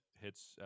hits